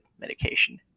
medication